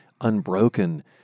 unbroken